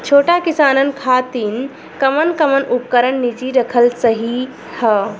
छोट किसानन खातिन कवन कवन उपकरण निजी रखल सही ह?